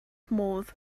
modd